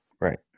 Right